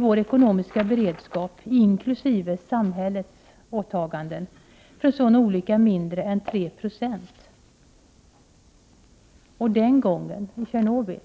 Vår ekonomiska beredskap, inkl. samhällets åtaganden, för en sådan olycka är mindre än 3 20. Den gången i Tjernobyl